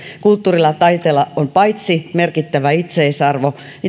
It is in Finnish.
kulttuurilla ja taiteella on merkittävä itseisarvo